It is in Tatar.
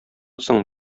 соң